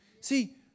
See